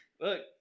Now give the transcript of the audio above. Look